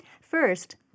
First